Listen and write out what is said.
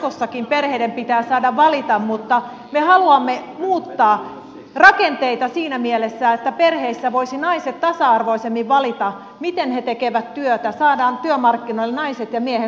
jatkossakin perheiden pitää saada valita mutta me haluamme muuttaa rakenteita siinä mielessä että perheissä voisivat naiset tasa arvoisemmin valita miten he tekevät työtä saadaan työmarkkinoille naiset ja miehet